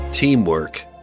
Teamwork